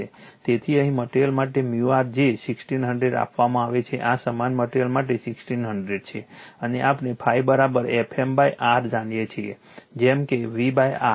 તેથી અહી મટીરીઅલ માટે µr જે 1600 આપવામાં આવે છે આ સમાન મટીરીઅલ માટે 1600 છે અને આપણે ∅ F m R જાણીએ છીએ જેમ કે V R